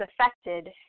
affected